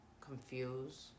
Confused